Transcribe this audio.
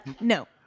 No